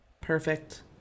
Perfect